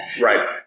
Right